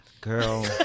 girl